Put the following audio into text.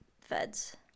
feds